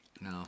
No